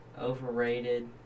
overrated